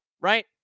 right